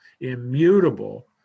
immutable